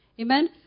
Amen